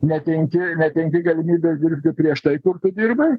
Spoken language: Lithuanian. netenki netenki galimybės dirbti prieš tai kur tu dirbai